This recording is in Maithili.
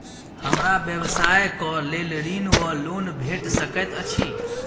हमरा व्यवसाय कऽ लेल ऋण वा लोन भेट सकैत अछि?